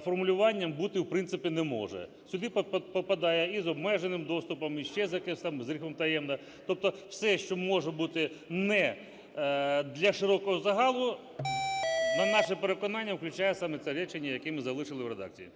формулюванням бути, в принципі, не може. Сюди попадає і з обмеженим доступом, і ще з якимось там, з грифом "таємно". Тобто все, що може бути не для широкого загалу, на наше переконання включає саме це речення, яке ми залишили в редакції.